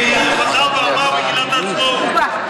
הוא חזר ואמר מגילת העצמאות.